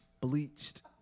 Bleached